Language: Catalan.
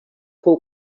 fou